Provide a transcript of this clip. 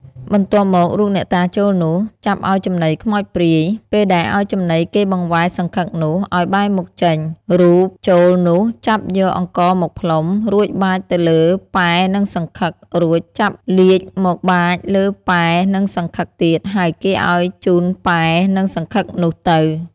បន្ទាប់មក រូបអ្នកតាចូលនោះ ចាប់ឲ្យចំណីខ្មោចព្រាយ ពេលដែលឲ្យចំណីគេបង្វែរសង្ឃឹកនោះ ឲ្យបែរមុខ ចេញ រូបចូលនោះចាប់យកអង្ករមកផ្លុំ រួចបាចទៅលើពែនិងសង្ឃឹក រួចចាប់លាជមកបាចលើពែនិងសង្ឃឹកទៀត ហើយគេឲ្យជូនពែនិងសង្ឃឹកនោះទៅ ។